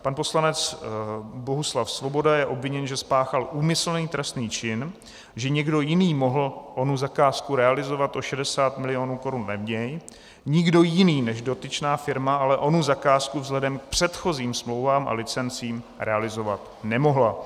Pan poslanec Bohuslav Svoboda je obviněn, že spáchal úmyslný trestný čin, že někdo jiný mohl onu zakázku realizovat o 60 milionů korun levněji, nikdo jiný než dotyčná firma ale onu zakázku vzhledem k předchozím smlouvám a licencím realizovat nemohla.